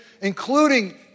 including